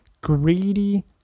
greedy